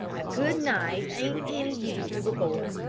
a good knife ain't any use to a boy,